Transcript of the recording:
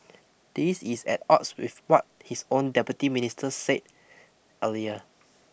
this is at odds with what his own Deputy Minister said earlier